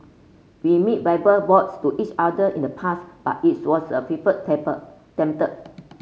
we made verbal vows to each other in the past but its was a